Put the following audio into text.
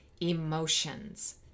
emotions